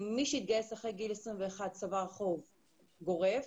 מי שהתגייס אחרי גיל 21, צבר חוב, גורף.